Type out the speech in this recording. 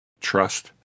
trust